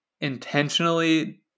intentionally